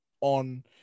on